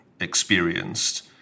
Experienced